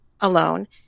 alone